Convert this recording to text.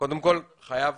קודם כל, אני חייב